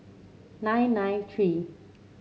nine nine three